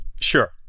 Sure